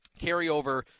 carryover